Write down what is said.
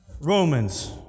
Romans